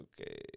okay